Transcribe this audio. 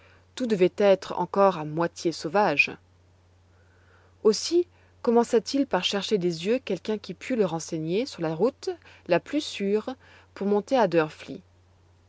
tout devait être encore à moitié sauvage aussi commença-t-il par chercher des yeux quelqu'un qui put le renseigner sur la route la plus sûre pour monter à